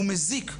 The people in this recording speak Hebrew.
הוא מזיק,